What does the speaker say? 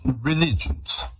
religions